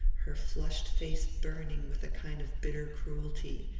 her flushed face burning with a kind of bitter cruelty.